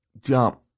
jump